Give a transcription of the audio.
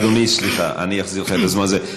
אדוני, סליחה, אני אחזיר לך את הזמן הזה.